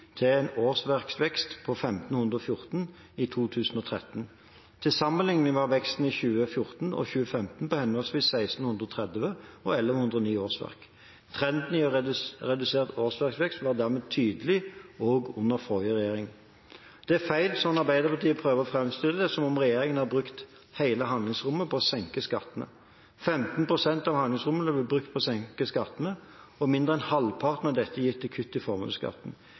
til en årsverksvekt på 1 514 i 2013. Til sammenligning var veksten i 2014 og 2015 på henholdsvis 1 630 og 1 109 årsverk. Trenden i redusert årsverksvekst var dermed tydelig også under forrige regjering. Det er feil når Arbeiderpartiet prøver å framstille det som om regjeringen har brukt hele handlingsrommet på å senke skattene. 15 pst. av handlingsrommet ble brukt på å senke skattene, og mindre enn halvparten av dette gikk til kutt i formuesskatten.